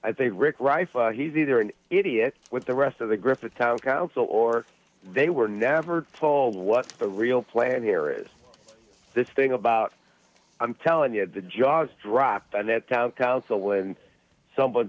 think rick right he's either an idiot with the rest of the griffith town council or they were never told what's the real plan here is this thing about i'm telling you the jaws dropped on that town council and some